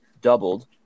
doubled